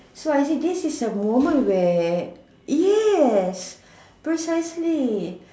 so I say this is a moment where yes precisely